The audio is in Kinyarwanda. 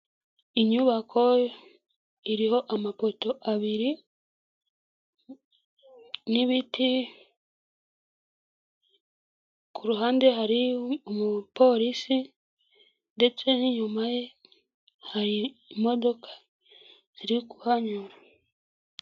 Inyubako iriho amapoto abiri n'ibiti, ku ruhande hari umupolisi ndetse n'inyuma ye hari imodoka ziri kuhanyura.